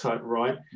right